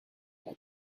her